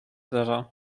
zero